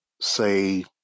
say